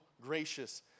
gracious